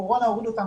הקורונה הורידה אותם